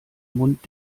mund